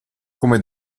come